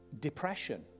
depression